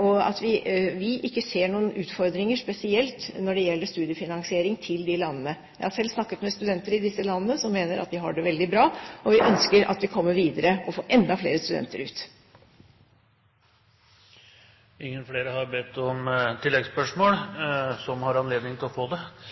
og at vi ikke ser noen utfordringer spesielt når det gjelder studiefinansiering til de landene. Jeg har selv snakket med studenter i disse landene som mener at de har det veldig bra. Vi ønsker at vi kommer videre og får enda flere studenter